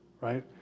right